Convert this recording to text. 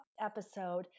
episode